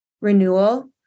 renewal